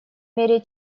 мере